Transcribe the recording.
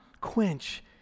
quench